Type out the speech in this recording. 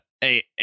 Hey